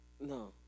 No